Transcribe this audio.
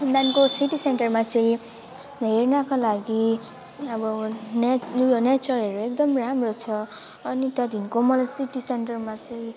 अनि त्यहाँदेखिको सिटी सेन्टरमा चाहिँ हेर्नको लागि अब नेचर उयो नेचरहरू एकदम राम्रो छ अनि त्यहाँदेखिको मलाई सिटी सेन्टरमा चाहिँ